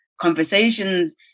conversations